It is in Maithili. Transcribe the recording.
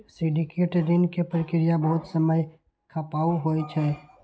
सिंडिकेट ऋण के प्रक्रिया बहुत समय खपाऊ होइ छै